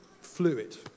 fluid